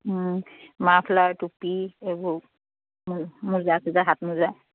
muffler টুপি এইবোৰ মোজা চোজা হাত মোজা